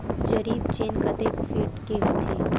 जरीब चेन कतेक फीट के होथे?